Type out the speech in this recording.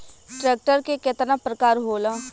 Tractor के केतना प्रकार होला?